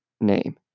name